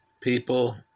People